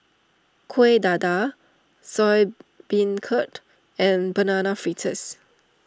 Kueh Dadar Soya Beancurd and Banana Fritters